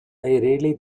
really